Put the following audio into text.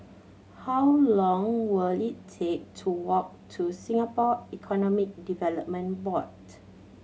how long will it take to walk to Singapore Economic Development Board